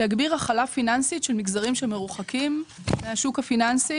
להגביר הכלה פיננסית של מגזרים שמרוחקים מהשוק הפיננסי